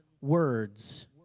words